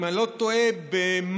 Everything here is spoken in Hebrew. אם אני לא טועה, במאי.